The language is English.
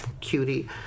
cutie